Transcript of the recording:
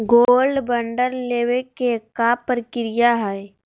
Gold bond लेवे के का प्रक्रिया हई?